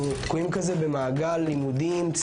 כן אחרי יוסי אנחנו נעבור למשרדי הממשלה.